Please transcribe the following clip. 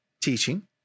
teaching